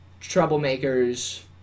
troublemakers